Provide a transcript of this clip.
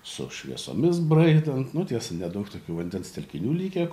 su šviesomis braidant nu tiesa nedaug tokių vandens telkinių likę